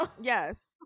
Yes